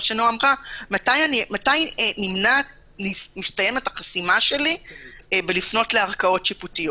מתי מסתיימת החסימה שלי לפנות לערכאות שיפוטיות.